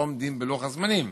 לא עומדים בלוח הזמנים,